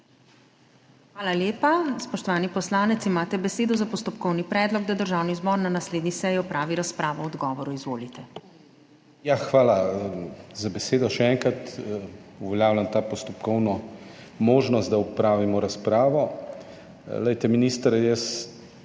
Hvala lepa. Spoštovani poslanec, imate besedo za postopkovni predlog, da Državni zbor na naslednji seji opravi razpravo o odgovoru. Izvolite. **DANIJEL KRIVEC (PS SDS):** Hvala za besedo, še enkrat. Uveljavljam to postopkovno možnost, da opravimo razpravo.